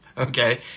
Okay